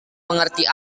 mengerti